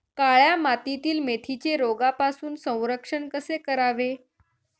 काळ्या मातीतील मेथीचे रोगापासून संरक्षण कसे करावे?